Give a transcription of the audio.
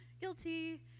guilty